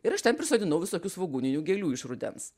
ir aš ten prisodinau visokių svogūninių gėlių iš rudens